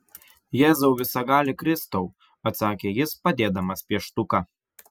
jėzau visagali kristau atsakė jis padėdamas pieštuką